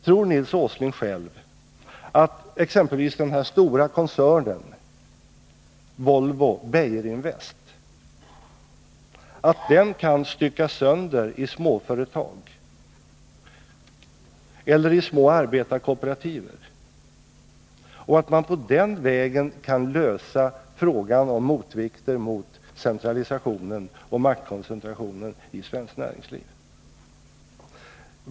Tror Nils Åsling själv att exempelvis den stora koncernen Volvo-Beijerinvest kan styckas sönder i småföretag eller i små arbetarkooperativ och att man på den vägen kan lösa frågan om motvikter mot centralisationen och maktkoncentrationen i svenskt näringsliv?